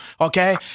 Okay